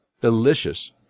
delicious